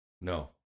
No